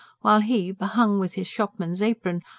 while he, behung with his shopman's apron,